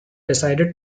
decided